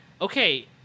okay